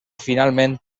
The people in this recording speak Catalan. finalment